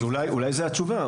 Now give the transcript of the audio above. אולי זה התשובה.